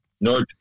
North